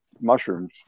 mushrooms